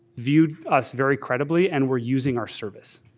viewed us very credibly and we're using our service.